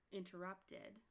interrupted